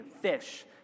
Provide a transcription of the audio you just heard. fish